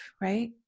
right